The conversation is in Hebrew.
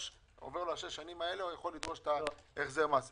עוברות שש השנים האלה, הוא יכול לדרוש החזר מס.